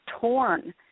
torn